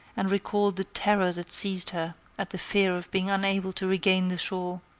and recalled the terror that seized her at the fear of being unable to regain the shore.